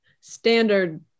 standard